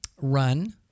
run